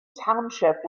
township